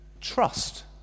trust